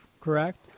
correct